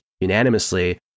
unanimously